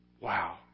Wow